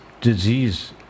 disease